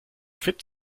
fit